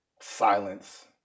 silence